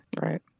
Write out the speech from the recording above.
Right